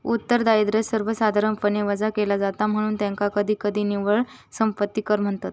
उत्तरदायित्व सर्वसाधारणपणे वजा केला जाता, म्हणून त्याका कधीकधी निव्वळ संपत्ती कर म्हणतत